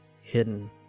hidden